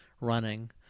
running